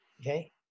Okay